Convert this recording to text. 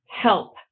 help